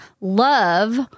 love